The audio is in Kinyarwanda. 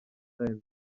times